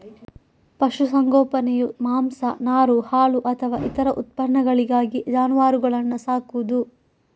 ಪಶು ಸಂಗೋಪನೆಯು ಮಾಂಸ, ನಾರು, ಹಾಲು ಅಥವಾ ಇತರ ಉತ್ಪನ್ನಗಳಿಗಾಗಿ ಜಾನುವಾರುಗಳನ್ನ ಸಾಕುದು